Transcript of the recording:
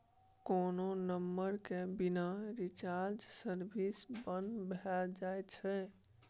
कोनो नंबर केर बिना रिचार्ज सर्विस बन्न भ जाइ छै